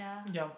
ya